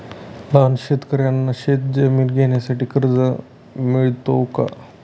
लहान शेतकऱ्यांना शेतजमीन घेण्यासाठी कर्ज मिळतो का?